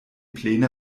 pläne